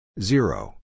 zero